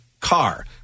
car